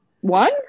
One